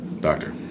doctor